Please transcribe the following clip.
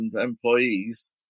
employees